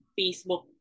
Facebook